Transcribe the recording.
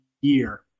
year